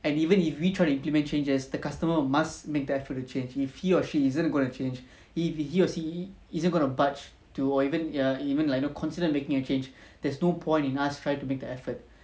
and even if we try to implement changes the customer must make the effort to change if he or she isn't going to change if he or she isn't going to bulge to or even err even like you know consider making a change there's no point in us try to make the effort